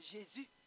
Jésus